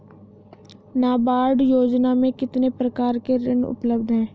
नाबार्ड योजना में कितने प्रकार के ऋण उपलब्ध हैं?